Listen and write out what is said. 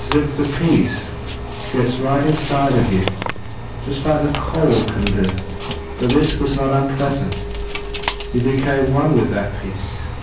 if the peace gets right inside of you just like the cold can do but this was not unpleasant you became one with that peace.